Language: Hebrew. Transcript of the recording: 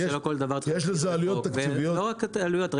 יש לזה עלויות תקציביות- -- לא רק עלויות.